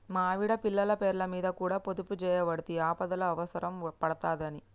మా ఆవిడ, పిల్లల పేర్లమీద కూడ పొదుపుజేయవడ్తి, ఆపదల అవుసరం పడ్తదని